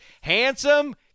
Handsome